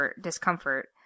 discomfort